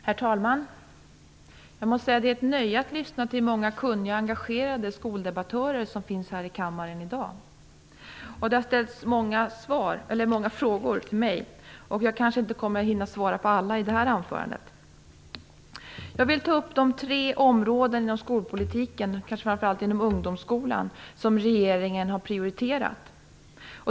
Herr talman! Jag måste säga att det är ett nöje att lyssna till de många kunniga och engagerade skoldebattörer som finns i kammaren i dag. Många frågor har ställts till mig. Jag hinner kanske inte svara på alla i det här anförandet. Jag vill ta upp de tre områden inom skolpolitiken, kanske framför allt inom ungdomsskolan, som regeringen har prioriterat.